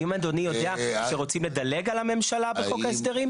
האם אדוני יודע שרוצים לדלג על הממשלה בחוק ההסדרים?